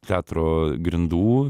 teatro grindų